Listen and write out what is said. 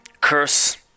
curse